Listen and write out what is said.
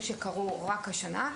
שקרו רק השנה.